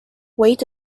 wait